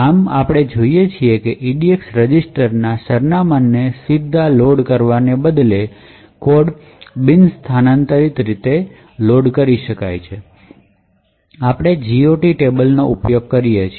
આમ આપણે જોઈએ છીએ કે EDX રજિસ્ટરમાંના સરનામાંને સીધા લોડ કરવાને બદલે કોડ બિન સ્થાનાંતરિત કરી શકાય આપણે GOT ટેબલનો ઉપયોગ કરીએ છીએ